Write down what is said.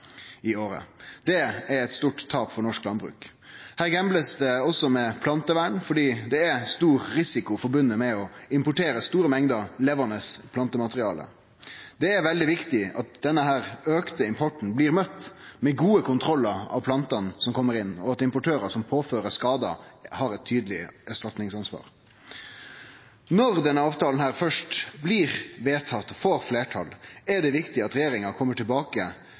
i året. Det er eit stort tap for norsk landbruk. Her blir det òg gambla med plantevern, for det er stor risiko knytt til å importere store mengder levande plantemateriale. Det er veldig viktig at denne auka importen blir møtt med gode kontrollar av plantene som kjem inn, og at importørar som påfører skadar, har eit tydeleg erstatningsansvar. Når denne avtala først får fleirtal, er det viktig at regjeringa kjem tilbake